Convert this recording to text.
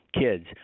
kids